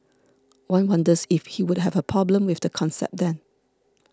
one wonders if he would have a problem with the concept then